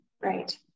Right